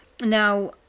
now